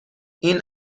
این